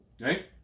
Right